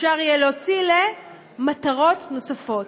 יהיה אפשר להוציא למטרות נוספות.